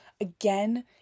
again